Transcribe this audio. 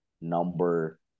number